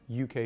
UK